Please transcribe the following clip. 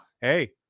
Hey